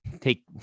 take